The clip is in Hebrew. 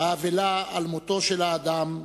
האבלה על מותו של האדם,